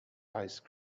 ice